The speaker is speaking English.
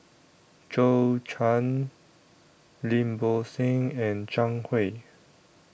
Zhou Can Lim Bo Seng and Zhang Hui